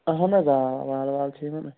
اَہَن حظ آ بال وال چھِ یِوان